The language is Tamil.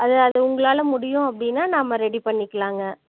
அது அது உங்களால் முடியும் அப்படின்னா நம்ம ரெடி பண்ணிக்கலாங்க